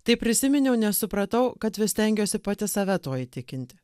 tai prisiminiau nesupratau kad vis stengiuosi pati save tuo įtikinti